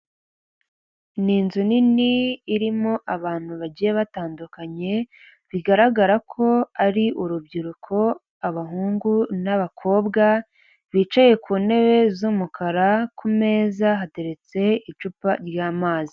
Ni inzu nini irimo abantu bagiye batandukanye, bigaragara ko ari urubyiruko abahungu, n'abakobwa bicaye ku ntebe z'umukara, kumeza hateretse icupa ry'amazi.